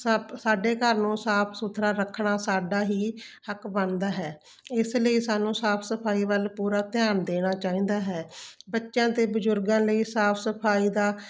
ਸਪ ਸਾਡੇ ਘਰ ਨੂੰ ਸਾਫ ਸੁਥਰਾ ਰੱਖਣਾ ਸਾਡਾ ਹੀ ਹੱਕ ਬਣਦਾ ਹੈ ਇਸ ਲਈ ਸਾਨੂੰ ਸਾਫ ਸਫਾਈ ਵੱਲ ਪੂਰਾ ਧਿਆਨ ਦੇਣਾ ਚਾਹੀਦਾ ਹੈ ਬੱਚਿਆਂ 'ਤੇ ਬਜ਼ੁਰਗਾਂ ਲਈ ਸਾਫ ਸਫਾਈ ਦਾ